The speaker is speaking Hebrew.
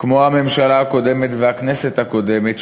כמו הממשלה הקודמת והכנסת הקודמת,